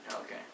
Okay